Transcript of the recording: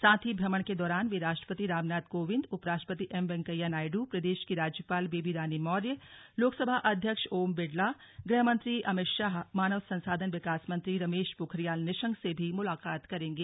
साथ ही भ्रमण के दौरान वे राष्ट्रपति रामनाथ कोविंद उपराष्ट्रपति एम वेंकैया नायडू प्रदेश की राज्यपाल बेबी रानी मौर्य लोकसभा अध्यक्ष ओम बिड़ला गृह मंत्री अमित शाह मानव संसाधन विकास मंत्री रमेश पोखरियाल निशंक से भी मुलाकात करेंगे